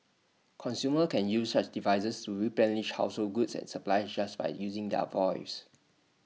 consumers can use such devices to replenish household goods and supplies just by using their voice